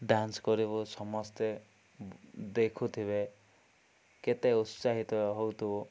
dance କରିବୁ ସମସ୍ତେ ଦେଖୁଥିବେ କେତେ ଉତ୍ସାହିତ ହେଉଥିବୁ